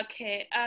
Okay